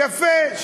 יפה.